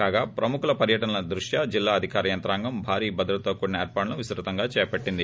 కాగా ప్రముఖుల పర్యటన దృష్ట్యా జిల్లా అధికార యంత్రాంగం భారీ భద్రతతో కూడిన ఏర్పాట్లు విస్తృతంగా చేస్తోంది